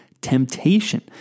temptation